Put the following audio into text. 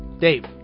Dave